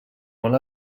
molt